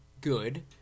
good